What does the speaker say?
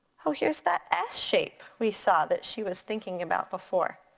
here's that s shape we saw that she was thinking about before.